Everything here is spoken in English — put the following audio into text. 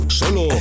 solo